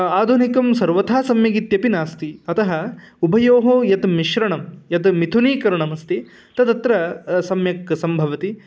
आधुनिकं सर्वथा सम्यगित्यपि नास्ति अतः उभयोः यत् मिश्रणं यद् मिथुनीकरणमस्ति तद् अत्र सम्यक् सम्भवति